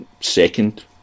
second